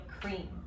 cream